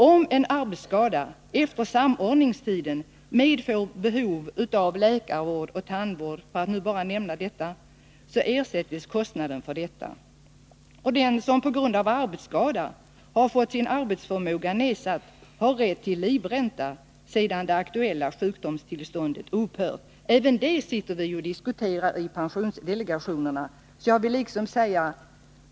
Om en arbetsskada efter samordningstiden medför behov av läkarvård och tandvård — för att bara nämna de sakerna — så ersätts hela kostnaden för sådan vård. Den som på grund av arbetsskada har fått sin arbetsförmåga nedsatt har rätt till livränta, sedan det aktuella sjukdomstillståndet upphört. Även sådana frågor diskuterar vi i pensionsdelegationerna.